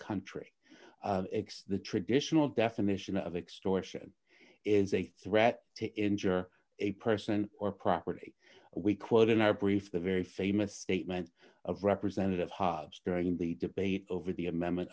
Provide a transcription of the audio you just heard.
country x the traditional definition of extortion is a threat to injure a person or property we quote in our brief the very famous statement of representative hobbes during the debate over the amendment